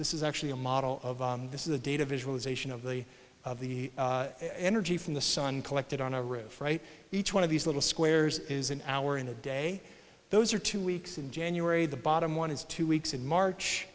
this is actually a model of this is the data visualization of the of the energy from the sun collected on a roof right each one of these little squares is an hour in a day those are two weeks in january the bottom one is two weeks in march